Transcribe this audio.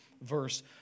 verse